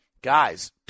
Guys